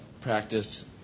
practice